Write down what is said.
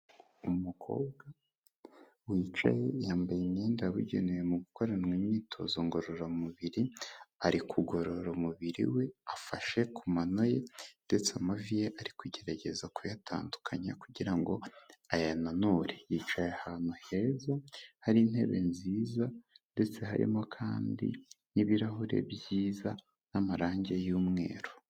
Umukobwa wicaye yambaye imyenda yabugenewe mu gukora imyitozo ngororamubiri, ari kugorora umubiri we afashe ku mano ye ndetse amavi ye ari kugerageza kuyatandukanya kugira ngo ayananure, yicaye ahantu heza, hari intebe nziza ndetse harimo kandi n'ibirahure byiza n'amarange y'umweru.